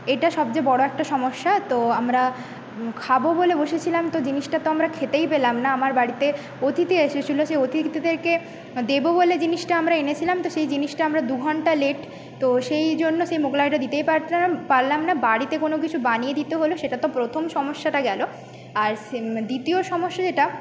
এটা সবচেয়ে বড়ো একটা সমস্যা তো আমরা খাবো বলে বসেছিলাম তো জিনিসটা তো আমরা খেতেই পেলাম না আমার বাড়িতে অতিথি এসেছিলো সেই অতিথিদেরকে দেবো বলে জিনিসটা আমরা এনেছিলাম তো সেই জিনিসটা আমরা দু ঘন্টা লেট তো সেই জন্য সে মোগলাইটা দিতেই পারলাম না বাড়িতে কোনো কিছু বানিয়ে দিতে হল সেটা তো প্রথম সমস্যাটা গেল আর দ্বিতীয় সমস্যা যেটা